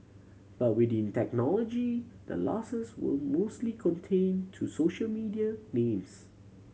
but within technology the losses were mostly contained to social media names